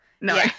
No